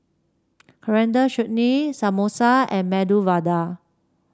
Coriander Chutney Samosa and Medu Vada